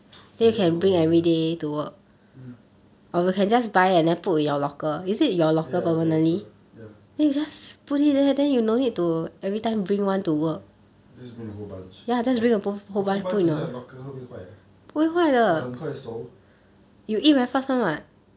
okay that's a good idea mm ya I got locker ya just bring the whole bunch but whole bunch inside the locker 会不会坏 ah ya 很快熟